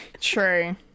True